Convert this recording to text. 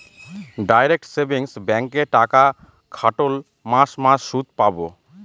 direct savings ব্যাঙ্কে টাকা খাটোল মাস মাস সুদ পাবো